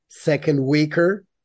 second-weaker